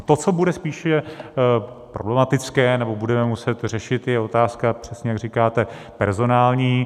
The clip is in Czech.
To, co bude spíše problematické nebo budeme muset řešit, je otázka, přesně jak říkáte, personální.